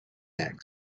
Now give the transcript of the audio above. eggs